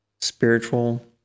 spiritual